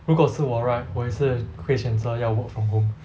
如果是我 right 我也是会选择要 work from home